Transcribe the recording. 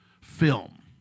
film